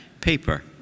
paper